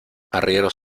arrieros